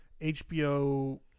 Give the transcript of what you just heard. hbo